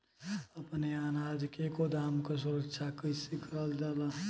अपने अनाज के गोदाम क सुरक्षा कइसे करल जा?